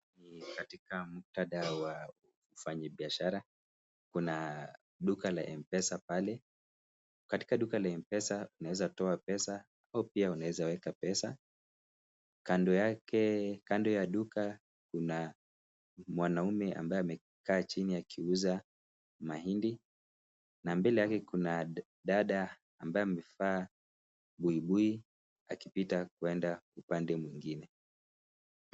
Katika muktadha wa wafanyi biashara, duka la mpesa pale, katika duka la mpesa naweza toa pesa pia unaweza weka pesa. Kando yake kando ya duka kuna mwanaume ambayo amekaa chini aliuza mahindi na mbele yake kuna dada ambayo amevaa buibui akipita kwenda upande mwingine.